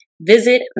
Visit